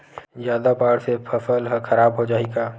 जादा बाढ़ से फसल ह खराब हो जाहि का?